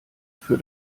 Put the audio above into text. für